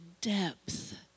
depth